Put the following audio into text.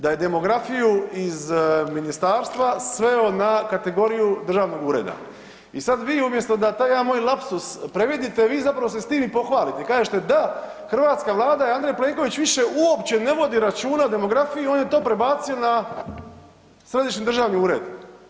Da je demografiju iz ministarstva sveo na kategoriju državnog ureda i sad vi umjesto da taj jedan moj lapsus previdite, vi zapravo se s tim i pohvalite i kažete da, hrvatska Vlada i Andrej Plenković više uopće ne vodi računa o demografiji, on je to prebacio na središnji državni ured.